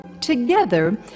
Together